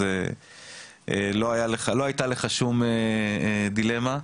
לא הייתה לך שום דילמה.